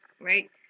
right